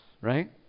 right